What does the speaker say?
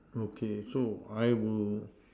okay so I will